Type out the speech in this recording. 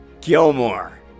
Gilmore